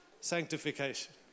sanctification